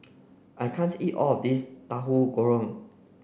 I can't eat all of this Tauhu Goreng